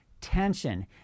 tension